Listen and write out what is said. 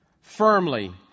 Firmly